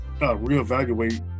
reevaluate